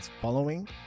following